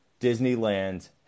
Disneyland